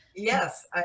Yes